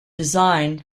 design